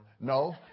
No